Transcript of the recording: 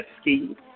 Ski